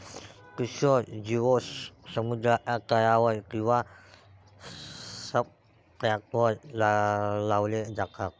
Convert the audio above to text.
किशोर जिओड्स समुद्राच्या तळावर किंवा सब्सट्रेटवर लावले जातात